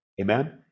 amen